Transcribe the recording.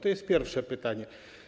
To jest pierwsze pytanie.